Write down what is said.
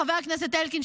חבר הכנסת אלקין,